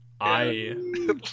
I-